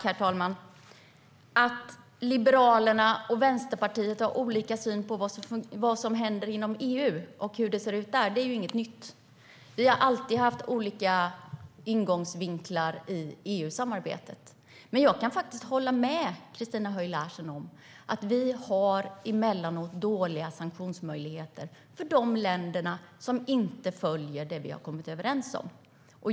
Herr talman! Att Liberalerna och Vänsterpartiet har olika syn på vad som händer inom EU och hur det ser ut där är ju inget nytt. Vi har alltid haft olika ingångsvinklar i EU-samarbetet. Men jag kan hålla med Christina Höj Larsen om att EU emellanåt har dåliga sanktionsmöjligheter för de länder som inte följer det som man har kommit överens om.